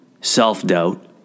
Self-doubt